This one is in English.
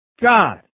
God